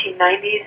1990s